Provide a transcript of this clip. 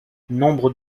nombre